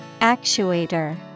Actuator